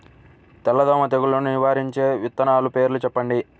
తెల్లదోమ తెగులును నివారించే విత్తనాల పేర్లు చెప్పండి?